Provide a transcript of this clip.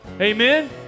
Amen